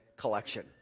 collection